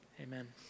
Amen